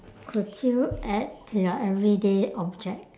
could you add to your everyday object